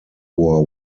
war